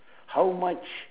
how much